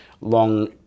long